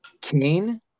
Cain